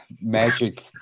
magic